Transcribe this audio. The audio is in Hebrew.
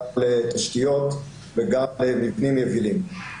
גם לתשתיות וגם מבנים יבילים.